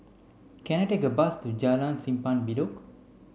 can I take a bus to Jalan Simpang Bedok